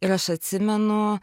ir aš atsimenu